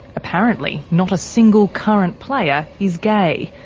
apparently not a single current player is gay.